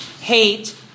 hate